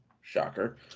Shocker